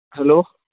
hello